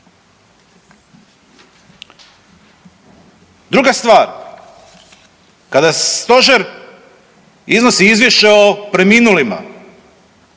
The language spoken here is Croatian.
Druga stvar, kada stožer iznosi izvješće o preminulima,